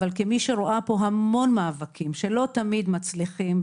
אבל כמי שרואה פה המון מאבקים שלא תמיד מצליחים,